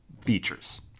features